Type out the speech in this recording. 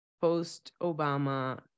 post-Obama